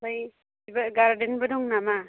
आमफाय बा गारदेनबो दं नामा